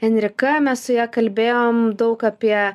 enrika mes su ja kalbėjom daug apie